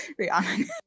Rihanna